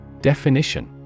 Definition